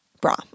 bra